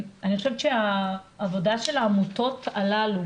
אני חושבת שהעבודה של העמותות הללו,